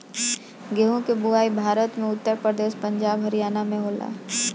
गेंहू के बोआई भारत में उत्तर प्रदेश, पंजाब, हरियाणा में होला